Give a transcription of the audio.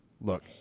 Look